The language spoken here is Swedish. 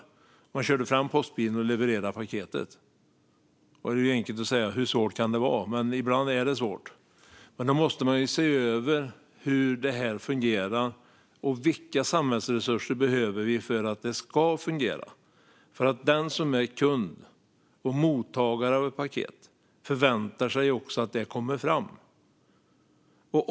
Postbilen körde fram och levererade paketet. Det är ju enkelt att säga "hur svårt kan det vara", men ibland är det svårt. Vi måste se över hur detta fungerar och vilka samhällsresurser som behövs för att det ska fungera. Den som är kund och mottagare av ett paket förväntar sig också att paketet kommer fram.